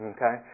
Okay